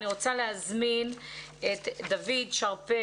אני רוצה להזמין את דוד שרפר